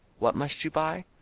what must you buy?